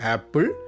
Apple